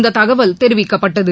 இந்ததகவல்தெரிவிக்கப்பட்டது